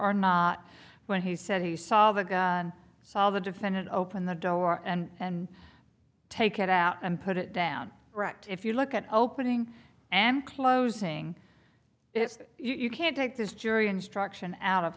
or not when he said he saw the go and saw the defendant open the door and take it out and put it down wrecked if you look at opening and closing it you can't take this jury instruction out of